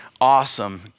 awesome